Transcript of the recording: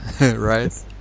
right